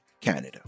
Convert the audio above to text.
canada